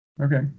Okay